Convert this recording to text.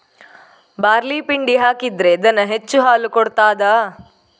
Barley ಪಿಂಡಿ ಹಾಕಿದ್ರೆ ದನ ಹೆಚ್ಚು ಹಾಲು ಕೊಡ್ತಾದ?